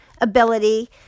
ability